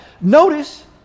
Notice